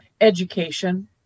education